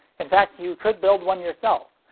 in fact, you could build one yourself.